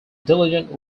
diligent